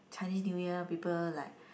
Chinese New Year people like